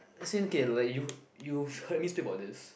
as in okay like you you've heard me speak about this